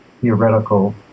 theoretical